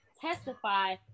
testify